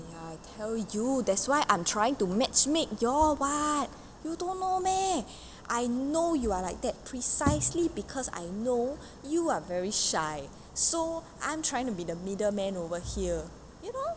uh I tell you that's why I'm trying to matchmake you all [what] you don't know meh I know you are like that precisely because I know you are very shy so I'm trying to be the middleman over here you know